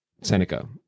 Seneca